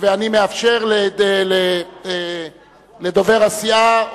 ואני מאפשר לדובר הסיעה,